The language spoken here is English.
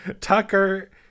tucker